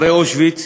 הרי אושוויץ